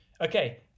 Okay